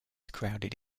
crowded